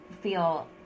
feel